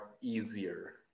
easier